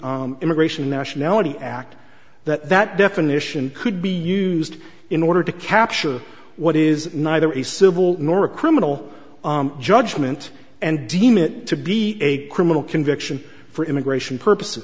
the immigration nationality act that that definition could be used in order to capture what is neither a civil nor a criminal judgment and deem it to be a criminal conviction for immigration purposes